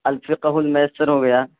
الفقه المیسر ہو گیا